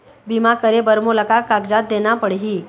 बीमा करे बर मोला का कागजात देना पड़ही?